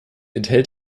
enthält